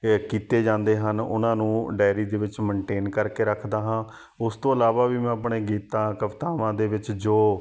ਇਹ ਕੀਤੇ ਜਾਂਦੇ ਹਨ ਉਹਨਾਂ ਨੂੰ ਡਾਇਰੀ ਦੇ ਵਿੱਚ ਮੈਨਟੇਨ ਕਰਕੇ ਰੱਖਦਾ ਹਾਂ ਉਸ ਤੋਂ ਇਲਾਵਾ ਵੀ ਮੈਂ ਆਪਣੇ ਗੀਤਾਂ ਕਵਿਤਾਵਾਂ ਦੇ ਵਿੱਚ ਜੋ